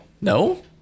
No